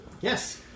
Yes